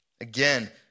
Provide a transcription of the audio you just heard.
Again